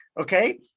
Okay